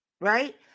Right